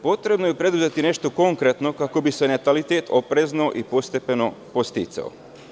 Potrebno je preduzeti nešto konkretno kako bi se natalitet oprezno i postepeno podsticao.